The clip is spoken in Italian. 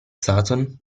sutton